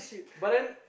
but then